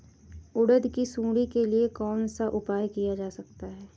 उड़द की सुंडी के लिए कौन सा उपाय किया जा सकता है?